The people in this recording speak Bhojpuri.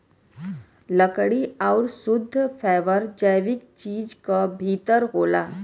लकड़ी आउर शुद्ध फैबर जैविक चीज क भितर होला